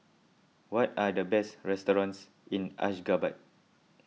what are the best restaurants in Ashgabat